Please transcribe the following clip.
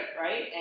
Right